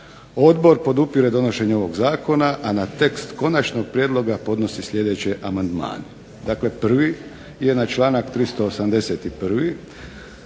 Odbor podupire donošenje ovog zakona, a na tekst konačnog prijedloga podnosi sljedeće amandmane. Dakle, prvi je na članak 381.